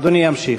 (חבר הכנסת יעקב ליצמן יוצא מאולם המליאה.) אדוני ימשיך.